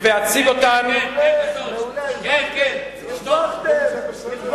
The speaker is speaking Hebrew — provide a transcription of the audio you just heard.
מעולה, הרווחתם.